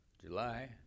July